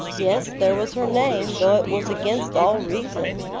yes, there was her name, though it was against all reason.